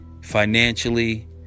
financially